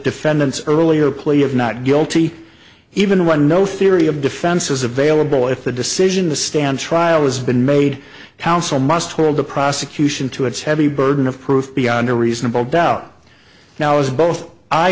defendant's earlier plea of not guilty even when no theory of defense is available if the decision to stand trial has been made council must hold the prosecution to its heavy burden of proof beyond a reasonable doubt now as both i